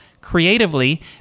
creatively